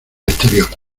exterior